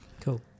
Cool